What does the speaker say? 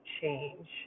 change